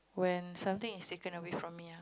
when something is taken away from me ah